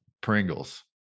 Pringles